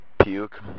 puke